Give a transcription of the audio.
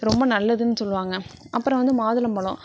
ரொம்ப நல்லதுன்னு சொல்லுவாங்க அப்புறம் வந்து மாதுளம்பழம்